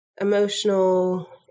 emotional